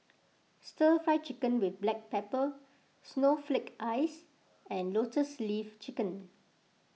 Stir Fry Chicken with Black Pepper Snowflake Ice and Lotus Leaf Chicken